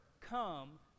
come